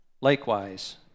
Likewise